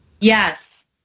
Yes